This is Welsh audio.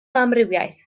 amrywiaeth